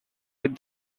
with